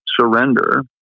surrender